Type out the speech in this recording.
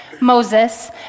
Moses